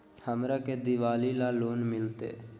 हमरा के दिवाली ला लोन मिलते?